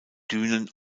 dünen